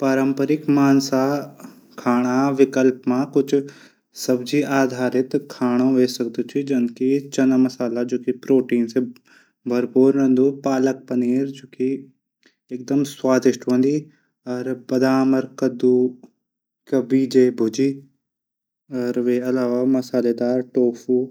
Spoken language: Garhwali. पारम्परिक मांस खाणा विकल्प मा सबजी आधारित खाणू ह्वे सकदू च जनकी चना मसाला प्रोटीन से भरपूर रैंदू पालक पनीर एकदम स्वादिष्ट हूंदी अर बदाम कदू भुजी वे अलावा मसाला दार टोफू